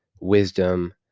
wisdom